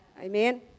amen